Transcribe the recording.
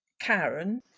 Karen